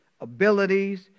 abilities